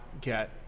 get